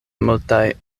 multaj